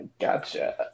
gotcha